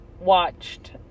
watched